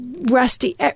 Rusty